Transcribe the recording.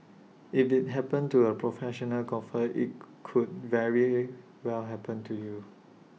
if IT happened to A professional golfer IT could very well happen to you